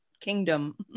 kingdom